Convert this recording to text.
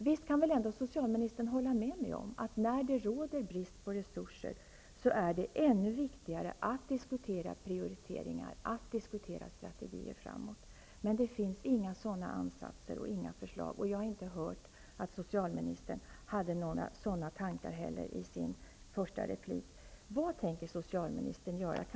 Visst kan väl ändå socialministern hålla med mig om, att när det råder brist på resurser, är det ännu viktigare att diskutera prioriteringar och strategier framåt i tiden? Men det finns inte några sådana ansatser och förslag. Jag hörde inte heller att socialministern hade några sådana tankar i sitt första inlägg. Vad tänker socialministern göra?